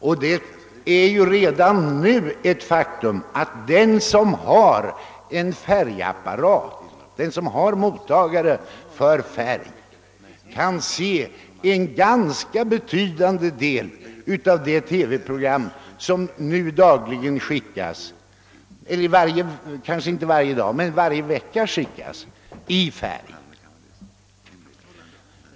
Redan nu är det ett faktum att den som har mottagare för färgtelevision kan se en ganska betydande del av det TV-program i färg som nu sänds varje vecka.